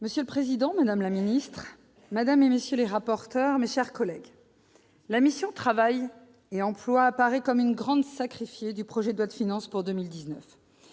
Monsieur le président, madame la ministre, madame, messieurs les rapporteurs, mes chers collègues, la mission « Travail et emploi » apparaît comme l'une des grandes sacrifiées du projet de loi de finances pour 2019.